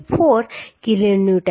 184 kilonewton